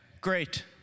great